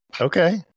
Okay